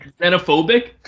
xenophobic